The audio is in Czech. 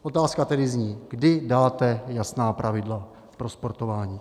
Otázka tedy zní, kdy dáte jasná pravidla pro sportování.